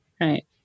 Right